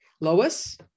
Lois